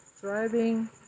driving